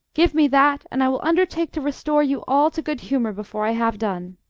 give me that, and i will undertake to restore you all to good humour before i have done.